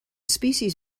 species